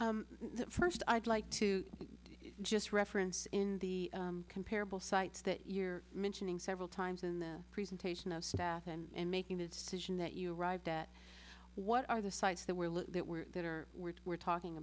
your first i'd like to just reference in the comparable sites that you're mentioning several times in the presentation of staff and making the decision that you arrived at what are the sites that were that were that are we're talking